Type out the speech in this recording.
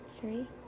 Three